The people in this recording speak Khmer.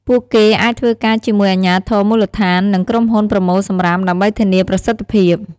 ពួកគេអាចធ្វើការជាមួយអាជ្ញាធរមូលដ្ឋាន និងក្រុមហ៊ុនប្រមូលសំរាមដើម្បីធានាប្រសិទ្ធភាព។